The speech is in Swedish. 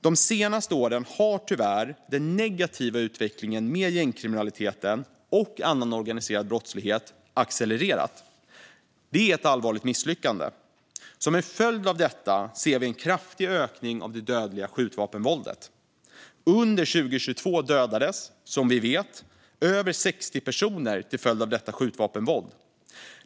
De senaste åren har den negativa utvecklingen med gängkriminalitet och annan organiserad brottslighet tyvärr accelererat. Det är ett allvarligt misslyckande. Som en följd av det ser vi en kraftig ökning av det dödliga skjutvapenvåldet. Under 2022 dödades över 60 personer till följd av skjutvapenvåldet.